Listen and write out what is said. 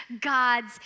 God's